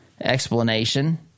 explanation